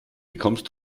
bekommst